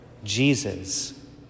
jesus